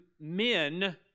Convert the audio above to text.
men